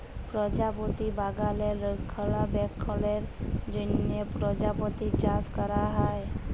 পরজাপতি বাগালে রক্ষলাবেক্ষলের জ্যনহ পরজাপতি চাষ ক্যরা হ্যয়